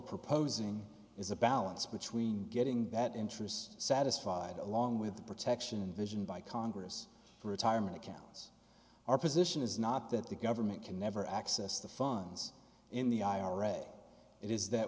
proposing is a balance between getting that interest satisfied along with the protection and vision by congress retirement accounts our position is not that the government can never access the funds in the ira it is that